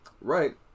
Right